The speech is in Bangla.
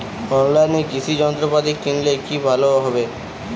অনলাইনে কৃষি যন্ত্রপাতি কিনলে কি ভালো হবে?